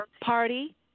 party